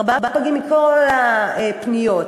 ארבעה פגים מכל הפניות.